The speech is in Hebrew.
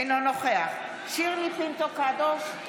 אינו נוכח שירלי פינטו קדוש,